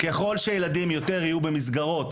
ככל שילדים יהיו יותר במסגרות